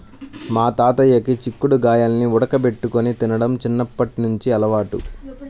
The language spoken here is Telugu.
మా తాతయ్యకి చిక్కుడు గాయాల్ని ఉడకబెట్టుకొని తినడం చిన్నప్పట్నుంచి అలవాటు